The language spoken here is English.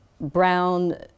brown